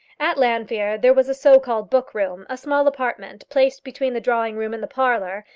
at llanfeare there was a so-called book-room, a small apartment, placed between the drawing-room and the parlour,